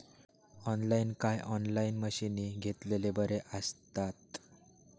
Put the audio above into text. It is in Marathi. ऑनलाईन काय ऑफलाईन मशीनी घेतलेले बरे आसतात?